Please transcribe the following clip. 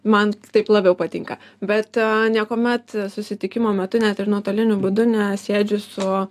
man taip labiau patinka bet niekuomet susitikimo metu net ir nuotoliniu būdu nesėdžiu su